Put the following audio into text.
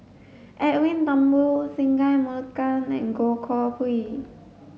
Edwin Thumboo Singai Mukilan and Goh Koh Pui